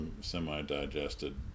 semi-digested